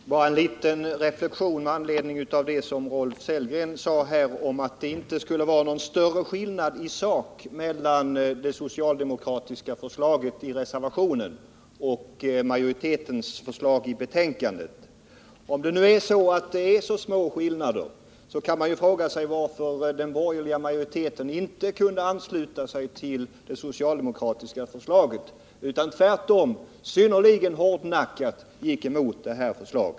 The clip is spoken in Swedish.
Herr talman! Bara en liten reflexion med anledning av vad Rolf Sellgren sade om att det inte skulle vara någon större skillnad i sak mellan den socialdemokratiska reservationen och majoritetens förslag. Om det nu är så att skillnaderna är så små, kan man fråga sig varför den borgerliga majoriteten inte kunde ansluta sig till det socialdemokratiska förslaget. Tvärtom har man synnerligen hårdnackat gått emot detta förslag.